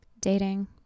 dating